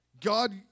God